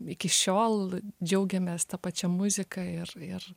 iki šiol džiaugiamės ta pačia muzika ir ir